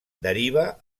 deriva